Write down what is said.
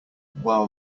while